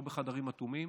לא בחדרים אטומים.